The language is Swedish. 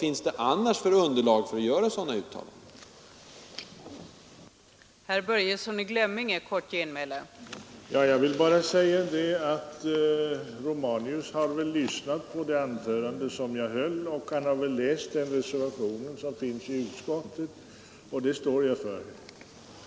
Vad finns det annars för underlag för att göra sådana uttalanden?